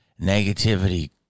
negativity